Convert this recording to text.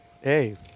Hey